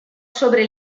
sobre